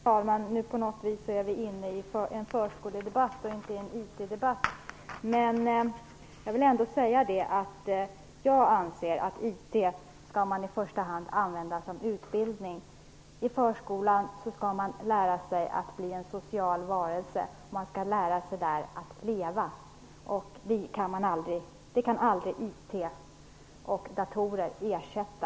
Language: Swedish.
Herr talman! Nu är vi på något vis inne i en förskoledebatt och inte en IT-debatt. Jag vill ändå säga att jag anser att IT i första hand skall användas som utbildningsinstrument. I förskolan skall man lära sig att bli en social varelse. Där skall man lära sig att leva. Det kan aldrig IT och datorer ersätta.